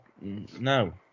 no